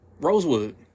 Rosewood